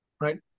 right